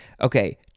Okay